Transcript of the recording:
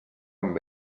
amb